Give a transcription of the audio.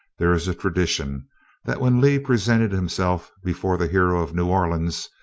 there is a tradition that when lee presented himself before the hero of new orleans,